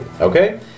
Okay